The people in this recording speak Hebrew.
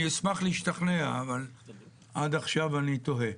אני אשמח להשתכנע, אבל עד עכשיו אני תוהה.